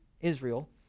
Israel